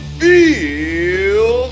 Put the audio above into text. feel